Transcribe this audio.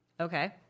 Okay